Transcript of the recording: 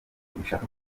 bishaka